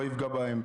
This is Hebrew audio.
לא יפגע בהם?